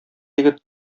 егет